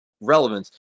relevance